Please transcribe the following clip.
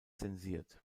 zensiert